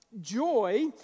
Joy